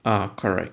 ah correct